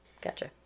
Gotcha